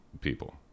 people